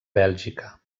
bèlgica